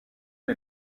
est